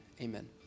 amen